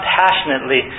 passionately